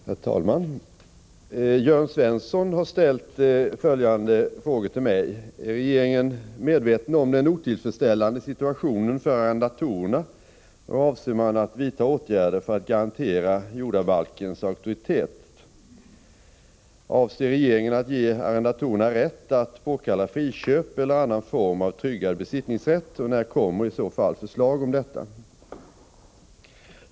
Herr talman! Jörn Svensson har ställt följande frågor till mig: 1. Är regeringen medveten om den otillfredsställande situationen för arrendatorerna, och avser man att vidta åtgärder för att garantera jordabalkens auktoritet? 2. Avser regeringen att ge arrendatorerna rätt att påkalla friköp eller annan form av tryggad besittningsrätt, och när kommer i så fall förslag om detta?